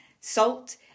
salt